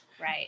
Right